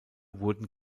wurden